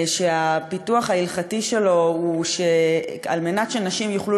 שהפיתוח ההלכתי שלו הוא שכדי שנשים יוכלו